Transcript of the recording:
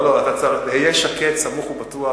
לא, היה שקט, סמוך ובטוח.